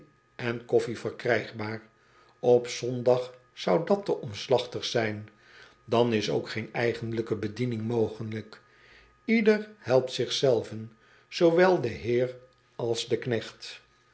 en koffij verkrijgbaar op ondag zou dat te omslachtig zijn an is ook geen eigenlijke b e d i e n i n g mogelijk eder helpt zichzelven zoowel de heer als de knecht